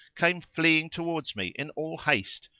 came fleeing towards me in all haste,